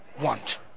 Want